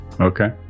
Okay